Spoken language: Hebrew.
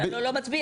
הוא לא מצביע,